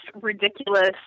ridiculous